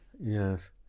Yes